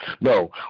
no